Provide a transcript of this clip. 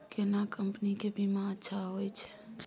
केना कंपनी के बीमा अच्छा होय छै?